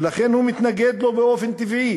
ולכן הוא מתנגד באופן טבעי,